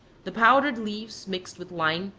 the powdered leaves, mixed with lime,